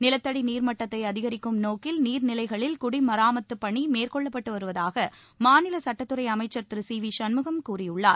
நிலத்தடி நீர்மட்டத்தை அதிகரிக்கும் நோக்கில் நீர் நிலைகளில் குடிமராமத்துப்பணி மேற்கொள்ளப்பட்டு வருவதாக மாநில சட்டத்துறை அமைச்சர் திரு சி வி சண்முகம் கூறியுள்ளார்